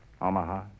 Omaha